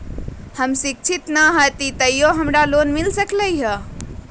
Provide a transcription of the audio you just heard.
हम शिक्षित न हाति तयो हमरा लोन मिल सकलई ह?